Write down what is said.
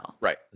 Right